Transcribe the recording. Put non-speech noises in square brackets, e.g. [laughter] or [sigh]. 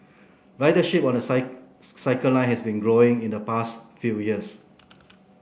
ridership on the [unintelligible] Circle Line has been growing in the past few years